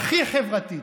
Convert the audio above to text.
הכי חברתית.